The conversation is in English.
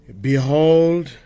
Behold